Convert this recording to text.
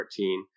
2014